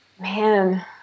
man